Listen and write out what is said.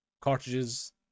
cartridges